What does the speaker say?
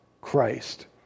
Christ